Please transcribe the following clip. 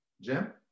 Jim